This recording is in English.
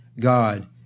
God